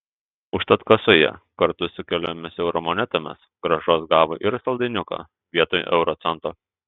užtat kasoje kartu su keliomis eurų monetomis grąžos gavo ir saldainiuką vietoj euro cento